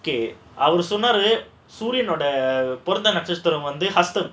okay அவரு சொன்னாரு சூரியனோட பொறுத்த நட்சத்திரம் வந்து ஹஸ்தம்:avaru sonnaaru sooryanoda porutha natchathiram vandhu hastham